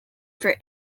for